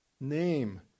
Name